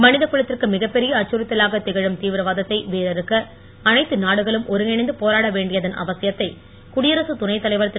மனித குலத்திற்கு மிகபெரிய அச்சுறுத்தலாக திகழும் தீவிரவாதத்தை வேரறுக்க அனைத்து நாடுகளும் ஒருங்கிணைந்து போராட வேண்டியதன் அவசியத்தை குடியரசுத் துணைத் தலைவர் திரு